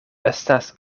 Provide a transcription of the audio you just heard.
estas